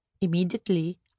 immediately